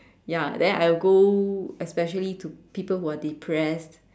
ya then I'll go especially to people who are depressed